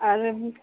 ارے